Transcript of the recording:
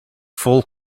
full